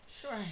sure